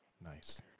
Nice